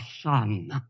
son